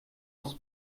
aus